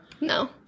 No